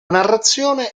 narrazione